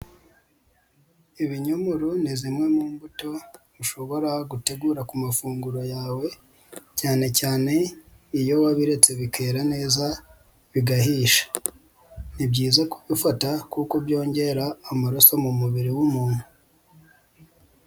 Ibinyomoro ni zimwe mu mbuto ushobora gutegura ku mafunguro yawe, cyane cyane iyo wabiretse bikera neza bigahisha. Ni byiza kubifata kuko byongera amaraso mu mubiri w'umuntu.